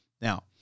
Now